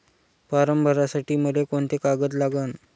Form भरासाठी मले कोंते कागद लागन?